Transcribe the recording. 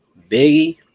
Biggie